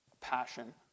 passion